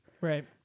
Right